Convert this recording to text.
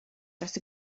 dros